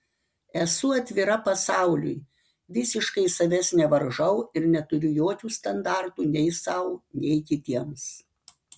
esu atvira pasauliui visiškai savęs nevaržau ir neturiu jokių standartų nei sau nei kitiems